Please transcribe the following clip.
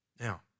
Now